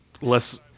less